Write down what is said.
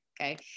Okay